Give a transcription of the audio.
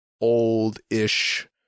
old-ish